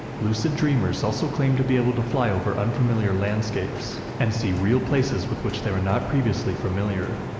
lucid dreamers also claim to be able to fly over unfamiliar landscapes, and see real places with which they were not previously familiar.